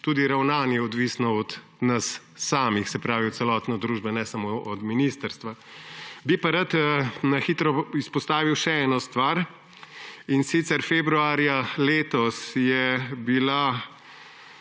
tudi ravnanje odvisno od nas samih, se pravi od celotne družbe, ne samo od ministrstva. Bi pa rad na hitro izpostavil še eno stvar. Februarja letos je bila